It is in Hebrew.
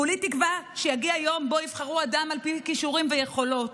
כולי תקווה שיגיע היום שבו יבחרו אדם על פי כישורים ויכולות,